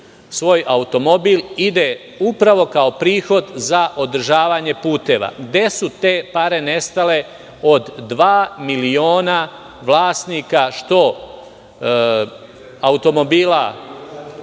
svoj automobil, kao prihod za održavanje puteva. Gde su te pare nestale od dva miliona vlasnika automobila